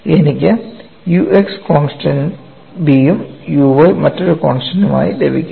എനിക്ക് u x constants B യും u y മറ്റൊരു കോൺസ്റ്റൻസ് C ആയി ലഭിക്കുന്നു